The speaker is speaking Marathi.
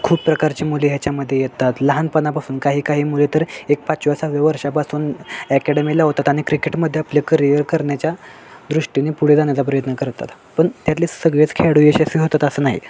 खूप प्रकारची मुले ह्याच्यामध्ये येतात लहानपणापासून काही काही मुले तर एक पाचव्या सहा वर्षापासून ॲकॅडमी लावतात आणि क्रिकेटमध्ये आपले करिअर करण्याच्या दृष्टीने पुढे जाण्याचा प्रयत्न करतात पण त्यातले सगळेच खेळाडू यशस्वी होतात असं नाही